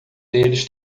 deles